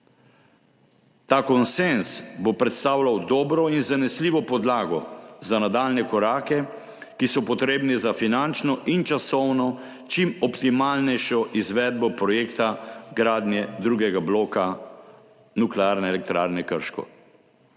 Ta konsenz bo predstavljal dobro in zanesljivo podlago za nadaljnje korake, ki so potrebni za finančno in časovno čim optimalnejšo izvedbo projekta gradnje drugega bloka